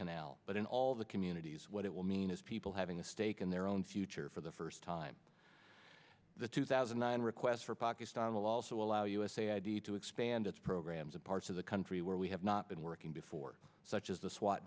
canal but in all the communities what it will mean is people having a stake in their own future for the first time the two thousand and requests for pakistan will also allow us a id to expand its programs in parts of the country where we have not been working before such as the swa